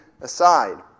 aside